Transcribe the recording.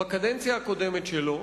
בקדנציה הקודמת שלו